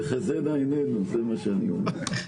תחזינה עינינו, זה מה שאני אומר.